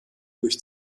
durch